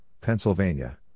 Pennsylvania